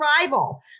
rival